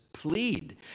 plead